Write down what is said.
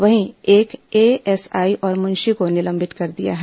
वहीं एक एएसआई और मुंशी को निलंबित कर दिया गया है